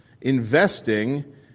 investing